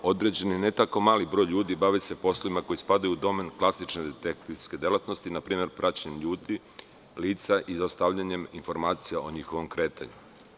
Određeni, ne tako mali broj ljudi se bavi poslovima koji spadaju u domen klasične detektivske delatnosti, na primer, praćenjem ljudi, lica i dostavljanjem informacija o njihovom kretanju.